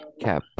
cap